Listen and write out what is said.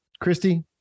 Christy